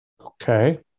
Okay